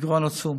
עצום